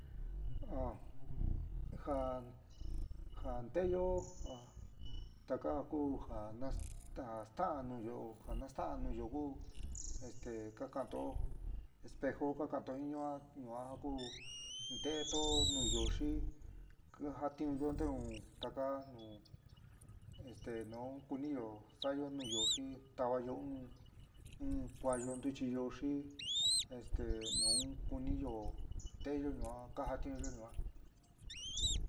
Ja ja nteyó ja taka ja kú ja nas sta'an nuúyo ja nasta'án nuúyo ku este kaka'antó espejo ka ka'anto jin ñua, ñua ku nteéto nuúyo xi kajatiunyó ntenu taka nu este nu kuniyó sa'ayo nuúyo xi távayo in kuáyo ntuchiyo xi este nun kuniyó nteéyo ñua kajatiunyo yuan.